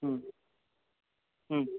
ம் ம்